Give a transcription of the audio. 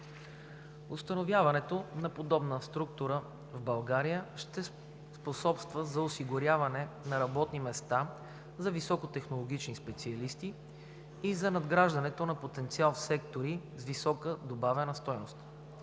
Установяването на подобна структура в България ще способства за осигуряването на работни места за високотехнологични специалисти и за надграждането на потенциал в сектори с висока добавена стойност.